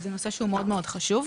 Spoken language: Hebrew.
זה נושא שהוא מאוד מאוד חשוב.